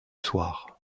soir